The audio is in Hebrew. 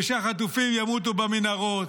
ושהחטופים ימותו במנהרות,